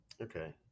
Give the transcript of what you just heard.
okay